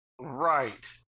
Right